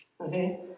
Okay